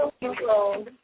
Hello